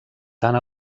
tant